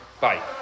bye